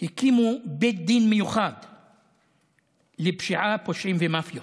הקימו בית דין מיוחד לפשיעה, פושעים ומאפיות,